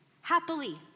happily